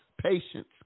patience